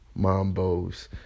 Mambos